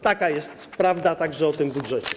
Taka jest prawda także o tym budżecie.